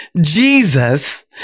Jesus